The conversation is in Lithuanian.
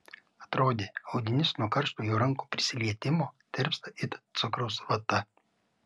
atrodė audinys nuo karšto jo rankų prisilietimo tirpsta it cukraus vata